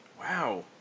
Wow